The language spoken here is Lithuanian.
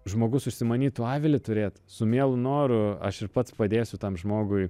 žmogus užsimanytų avilį turėt su mielu noru aš ir pats padėsiu tam žmogui